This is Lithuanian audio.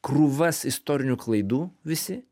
krūvas istorinių klaidų visi